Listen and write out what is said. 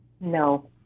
No